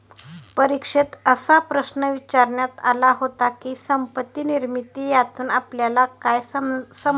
परीक्षेत असा प्रश्न विचारण्यात आला होता की, संपत्ती निर्मिती यातून आपल्याला काय समजले?